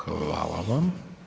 Hvala vam.